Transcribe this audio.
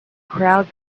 crowd